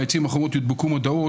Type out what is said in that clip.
עצים וחומות יודבקו מודעות.